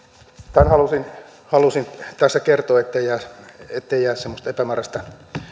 tämän halusin halusin tässä kertoa ettei jää semmoista epämääräistä